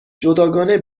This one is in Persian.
جداگانه